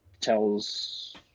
tells